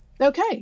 Okay